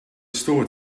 store